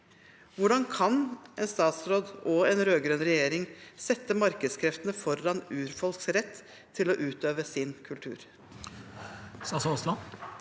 Hvordan kan en statsråd og en rød-grønn regjering sette markedskreftene foran urfolks rett til å utøve sin kultur?